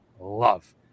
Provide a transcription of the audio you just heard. love